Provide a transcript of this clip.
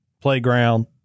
playground